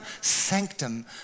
sanctum